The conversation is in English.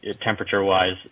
temperature-wise